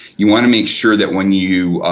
you want to make sure that when you,